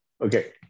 Okay